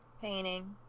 painting